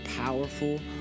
powerful